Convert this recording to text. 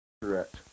Correct